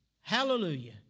Hallelujah